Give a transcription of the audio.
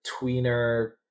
tweener